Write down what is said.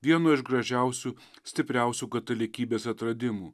vieno iš gražiausių stipriausių katalikybės atradimų